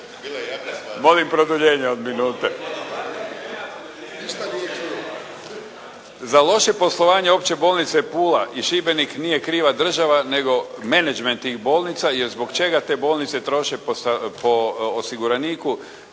Za loše poslovanje Opće bolnice Pula i Šibenik nije kriva država, nego menagment tih bolnica, jer zbog čega te bolnice troše po osiguraniku